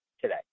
today